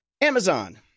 amazon